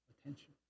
attention